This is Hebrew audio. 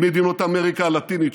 עם מדינות אמריקה הלטינית,